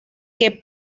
que